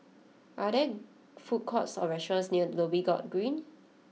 are there food courts or restaurants near Dhoby Ghaut Green